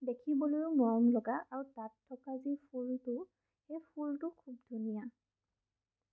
দেখিবলৈও মৰম লগা আৰু তাত থকা যি ফুলটো সেই ফুলটো খুব ধুনীয়া